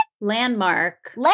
Landmark